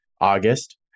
August